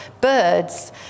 birds